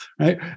Right